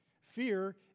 Fear